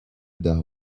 dar